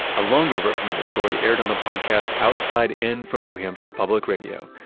a longer version of this story aired on the podcast outside in from new hampshire public radio.